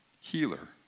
healer